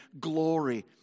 glory